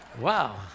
Wow